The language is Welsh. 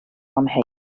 amheus